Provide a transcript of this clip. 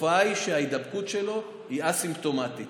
התופעה היא שההידבקות שלו היא א-סימפטומטית.